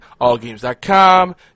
AllGames.com